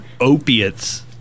opiates